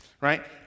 Right